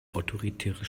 autoritäre